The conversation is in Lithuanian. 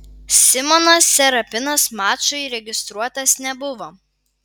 simonas serapinas mačui registruotas nebuvo